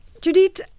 judith